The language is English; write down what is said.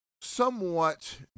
somewhat